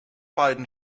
beiden